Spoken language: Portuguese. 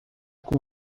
com